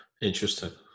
interesting